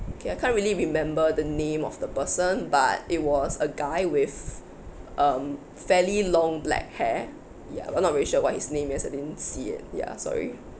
okay I can't really remember the name of the person but it was a guy with um fairly long black hair ya I'm not really sure what's his name because I didn't see it ya sorry